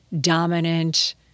dominant